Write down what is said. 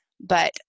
But-